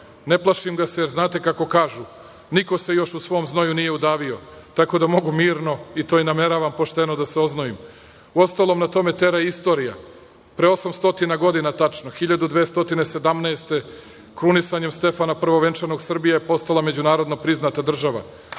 Ne plašim ga se, jer znate kako kažu – niko se još u svom znoju nije udavio, tako da mogu mirno, to i nameravam, pošteno da se oznojim. Uostalom, na to me tera i istorija. Pre osamsto godina tačno, 1217. godine, krunisanjem Stefana Prvovenčanog, Srbija je postala međunarodno priznata država. Pre